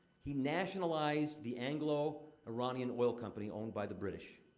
he nationalized the anglo-iranian oil company owned by the british.